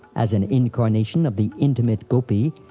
as an incarnation of the intimate gopi,